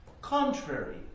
contrary